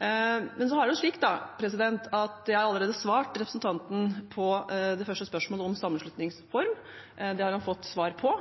Så har jeg allerede svart representanten på det første spørsmålet om sammenslutningsform. Det har han fått svar på.